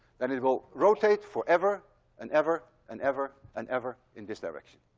then it will rotate forever and ever and ever and ever in this direction.